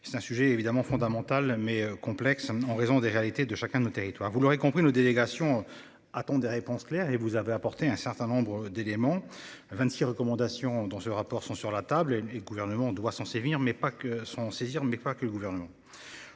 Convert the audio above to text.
C'est un sujet évidemment fondamental mais complexe en raison des réalités de chacun de nos territoires. Vous l'aurez compris, nos délégations. Attendent des réponses claires et vous avez apporté un certain nombre d'éléments 26 recommandations dans ce rapport sont sur la table et et le gouvernement doit son sévir mais pas que son